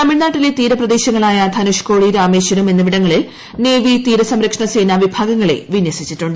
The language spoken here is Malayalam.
തമിഴ്നാട്ടിലെ തീരപ്രദേശങ്ങളായ ധനുഷ്കോടി രാമേശ്വരം എന്നിവിടങ്ങളിൽ നേവി തീരസംരക്ഷണസേനാ വിഭാഗങ്ങളെ വിന്യസിച്ചിട്ടുണ്ട്